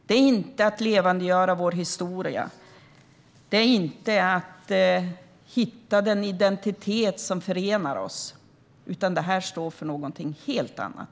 Det är inte att levandegöra vår historia. Det är inte att hitta den identitet som förenar oss, utan det står för något helt annat.